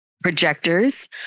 projectors